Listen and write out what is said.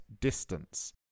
distance